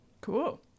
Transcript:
cool